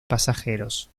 pasajeros